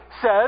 says